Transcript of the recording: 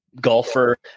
golfer